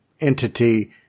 entity